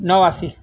नवासी